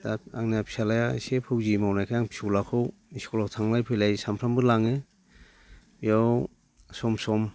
दा आंना फिसाज्लाया एसे फौजि मावनायखाय आं फिसौज्लाखौ इस्कलाव थांलाय फैलाय सामफ्रामबो लाङो बेयाव सम सम